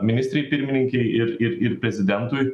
ministrei pirmininkei ir ir ir prezidentui